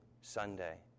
Sunday